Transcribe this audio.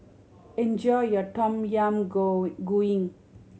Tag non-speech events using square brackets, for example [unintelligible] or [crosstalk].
enjoy your Tom Yam [unintelligible] Goong